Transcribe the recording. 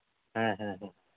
ᱦᱮᱸ ᱦᱮᱸ ᱦᱮᱸ